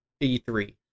E3